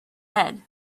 head